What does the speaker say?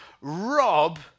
rob